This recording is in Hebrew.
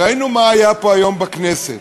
וראינו מה היה פה היום בכנסת.